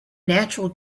natural